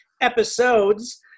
episodes